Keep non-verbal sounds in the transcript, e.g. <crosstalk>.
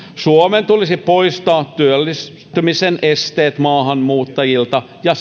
suomen tulisi poistaa työllistymisen esteet maahanmuuttajilta ja <unintelligible>